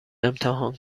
امتحان